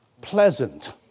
pleasant